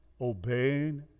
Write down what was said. obeying